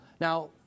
Now